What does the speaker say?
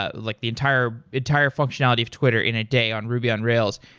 ah like the entire entire functionality of twitter in a day on ruby on rails.